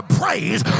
praise